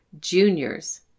Juniors